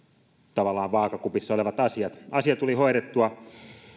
tavallaan vaakakupissa olevat asiat asia tuli hoidettua